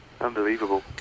Unbelievable